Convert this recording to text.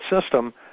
system